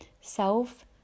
self